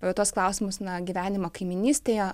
apie tuos klausimus na gyvenimo kaimynystėje